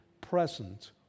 present